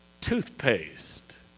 Toothpaste